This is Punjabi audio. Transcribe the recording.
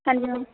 ਹਾਂਜੀ ਮੈਮ